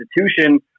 institution